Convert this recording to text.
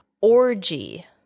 orgy